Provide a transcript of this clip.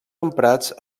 emprats